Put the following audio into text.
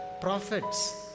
prophets